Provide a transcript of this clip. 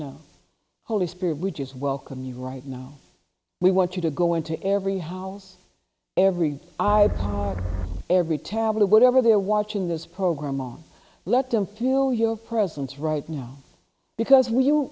now holy spirit which is welcome you right now we want you to go into every house every eye every tablet whatever they're watching this program on let them feel your presence right now because